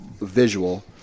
visual